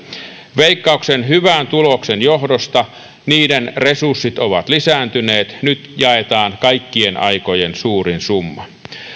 veikkauksen hyvän tuloksen johdosta niiden resurssit ovat lisääntyneet nyt jaetaan kaikkien aikojen suurin summa